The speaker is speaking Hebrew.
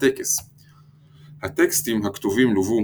הטקס הטקסטים הכתובים לוו,